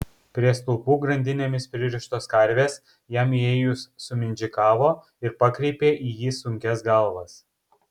prie stulpų grandinėmis pririštos karvės jam įėjus sumindžikavo ir pakreipė į jį sunkias galvas